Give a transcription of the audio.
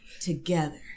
Together